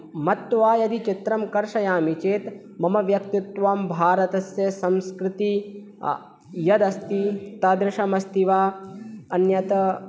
मत्वा यदि चित्रं कर्षयामि चेत् मम व्यक्तित्वं भारतस्य संस्कृतिः यद् अस्ति तादृशमस्ति वा अन्यथा